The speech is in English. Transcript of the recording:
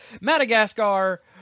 Madagascar